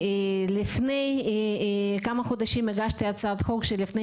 לפני כמה חודשים הגשתי הצעת חוק כשלפני